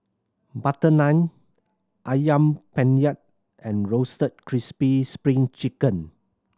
butter naan Ayam Penyet and Roasted Crispy Spring Chicken